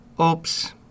Oops